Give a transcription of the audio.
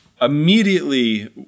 Immediately